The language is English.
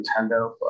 Nintendo